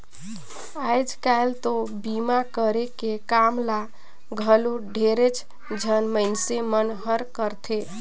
आयज कायल तो बीमा करे के काम ल घलो ढेरेच झन मइनसे मन हर करथे